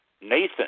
Nathan